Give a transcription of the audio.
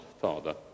father